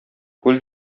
күл